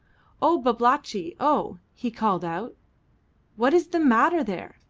oh, babalatchi! oh! he called out what is the matter there?